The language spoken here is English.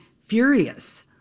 furious